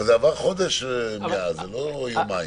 אבל עבר חודש מאז, לא יומיים.